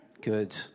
Good